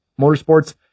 motorsports